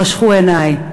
חשכו עיני.